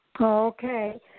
Okay